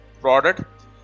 product